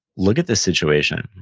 look at the situation.